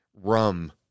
rum